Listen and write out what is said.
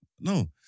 no